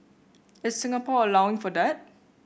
is Singapore allowing for that